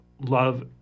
love